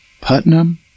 Putnam